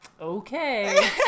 okay